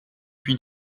puy